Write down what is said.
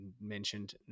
mentioned